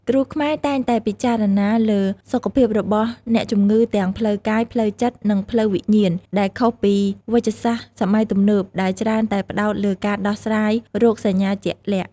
គ្រូខ្មែរតែងតែពិចារណាលើសុខភាពរបស់អ្នកជំងឺទាំងផ្លូវកាយ ផ្លូវចិត្ត និងផ្លូវវិញ្ញាណ ដែលខុសពីវេជ្ជសាស្ត្រសម័យទំនើបដែលច្រើនតែផ្ដោតលើការដោះស្រាយរោគសញ្ញាជាក់លាក់។